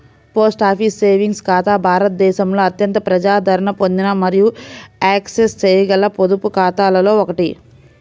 post office savings ఖాతా భారతదేశంలో అత్యంత ప్రజాదరణ పొందిన మరియు యాక్సెస్ చేయగల పొదుపు ఖాతాలలో ఒకటి